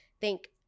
thank